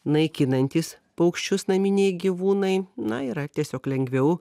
naikinantys paukščius naminiai gyvūnai na yra tiesiog lengviau